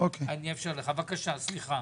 השיכון לזכאי הדיור הציבורי.